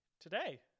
today